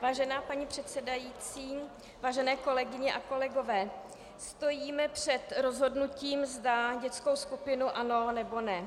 Vážená paní předsedající, vážené kolegyně a kolegové, stojíme před rozhodnutím, zda dětskou skupinu ano, nebo ne.